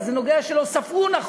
אלא זה נוגע לזה שלא ספרו נכון.